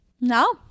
No